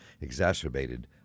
exacerbated